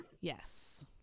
yes